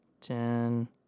ten